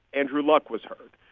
andrew luck was hurt.